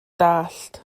dallt